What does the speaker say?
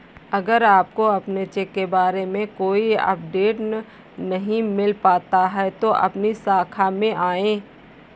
अगर आपको अपने चेक के बारे में कोई अपडेट नहीं मिल पाता है तो अपनी शाखा में आएं